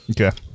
okay